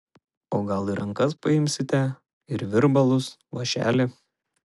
o gal į rankas paimsite ir virbalus vąšelį